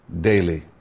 daily